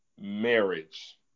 marriage